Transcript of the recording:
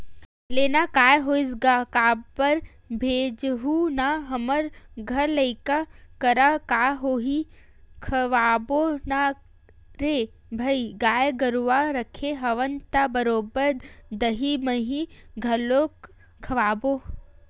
लेना काय होइस गा खबर भेजहूँ ना हमर घर लइका करा का होही खवाबो ना रे भई गाय गरुवा रखे हवन त बरोबर दहीं मही घलोक खवाबो